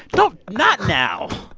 don't not now,